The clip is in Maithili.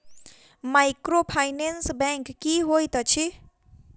माइक्रोफाइनेंस बैंक की होइत अछि?